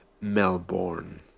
Melbourne